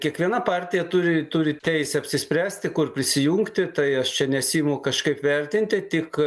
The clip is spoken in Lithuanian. kiekviena partija turi turi teisę apsispręsti kur prisijungti tai aš čia nesiimu kažkaip vertinti tik